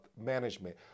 Management